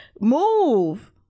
move